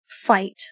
fight